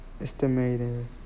estimated